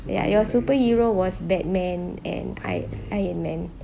ya your superhero was batman and I iron man